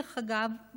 דרך אגב,